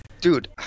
Dude